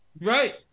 right